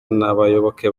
n’abayoboke